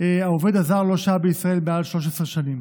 העובד הזר לא שהה בישראל מעל 13 שנים.